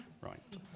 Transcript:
Right